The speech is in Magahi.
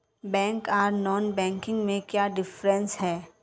बैंक आर नॉन बैंकिंग में क्याँ डिफरेंस है?